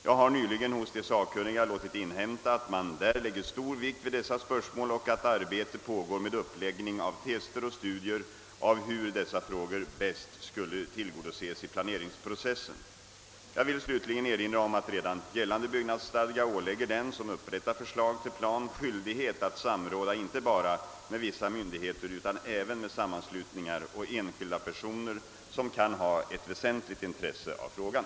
Jag har nyligen hos de sakkunniga låtit inhämta att man där lägger stor vikt vid dessa spörsmål och att arbete pågår med uppläggning av tester och studier av hur dessa frågor bäst skall tillgodoses i planeringsprocessen. Jag vill slutligen erinra om att redan gällande byggnadsstadga ålägger den som upprättar förslag till plan skyldighet att samråda inte bara med vissa myndigheter utan även med sammanslutningar och enskilda personer som kan ha ett väsentligt intresse av frågan.